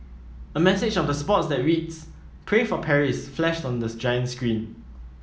a message of the support that reads Pray for Paris flashed on the giant screen